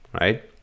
right